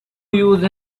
use